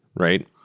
right?